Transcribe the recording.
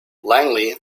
langley